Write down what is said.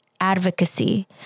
advocacy